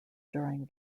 during